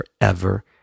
forever